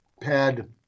pad